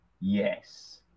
yes